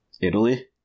Italy